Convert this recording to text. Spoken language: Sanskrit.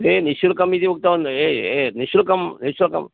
ए निश्शुल्कमिति उक्तवान् ए ए निश्शुल्कं निश्शुल्कम्